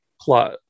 plot